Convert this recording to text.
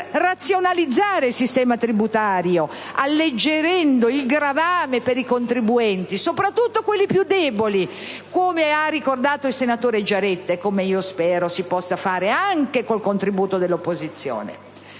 per razionalizzare il sistema tributario, alleggerendo il gravame per i contribuenti, soprattutto per quelli più deboli - quelli che ha ricordato il senatore Giaretta - e spero che ciò si possa fare anche con il contributo dell'opposizione.